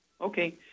Okay